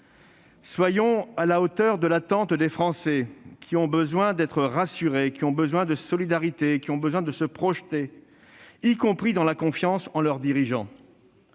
Soyons à la hauteur de l'attente des Français, qui ont besoin d'être rassurés, qui ont besoin de solidarité et qui ont besoin de se projeter, y compris dans la confiance en leurs dirigeants.